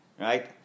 Right